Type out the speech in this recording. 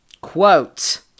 quote